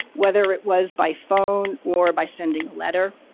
whether it was by phone or by sending a letter.